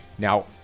Now